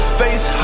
face